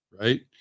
right